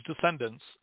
descendants